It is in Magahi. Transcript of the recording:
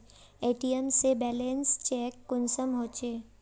ए.टी.एम से बैलेंस चेक कुंसम होचे?